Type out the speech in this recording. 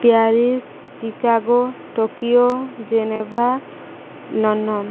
Paris Chicago Tokyo Geneva London